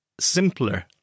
simpler